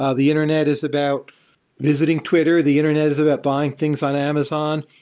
ah the internet is about visiting twitter. the internet is about buying things on amazon.